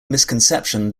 misconception